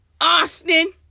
Austin